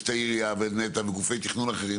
יש את העירייה ואת נת"ע וגופי תכנון אחרים